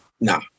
nah